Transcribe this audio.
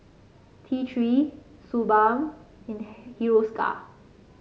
T Three Suu Balm and Hiruscar